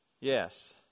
Yes